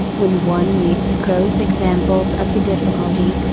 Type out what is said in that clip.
when one meets gross examples of the difficulty,